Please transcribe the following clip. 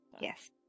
Yes